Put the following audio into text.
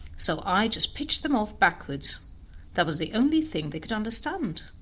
so i just pitched them off backward that was the only thing they could understand.